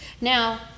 now